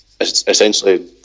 essentially